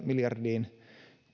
miljardiin